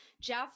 Jeff